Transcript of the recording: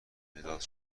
مداد